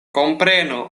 komprenu